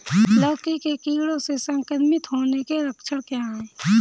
लौकी के कीड़ों से संक्रमित होने के लक्षण क्या हैं?